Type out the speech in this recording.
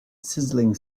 sizzling